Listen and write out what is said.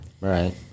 Right